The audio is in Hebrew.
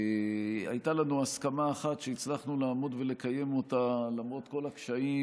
הייתה לנו הסכמה אחת שהצלחנו לעמוד ולקיים למרות כל הקשיים,